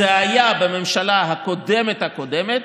זה היה בממשלה הקודמת הקודמת.